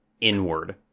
inward